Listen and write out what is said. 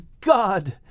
God